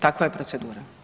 Takva je procedura.